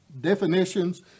definitions